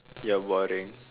you are boring